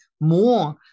more